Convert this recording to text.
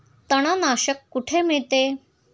तणनाशक कुठे मिळते?